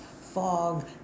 fog